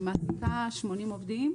אני מעסיקה 80 עובדים.